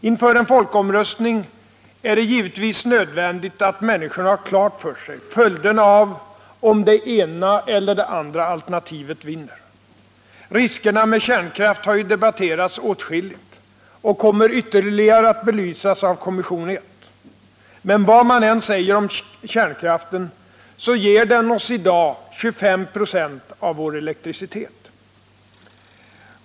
Inför en folkomröstning är det givetvis nödvändigt att människorna har klart för sig följderna av om det ena eller det andra alternativet vinner. Riskerna med kärnkraft har ju debatterats åtskilligt och kommer ytterligare att belysas av Kommission I. Men vad man än säger om kärnkraften, så ger den oss i dag 25 96 av vår elektricitet.